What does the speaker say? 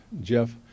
Jeff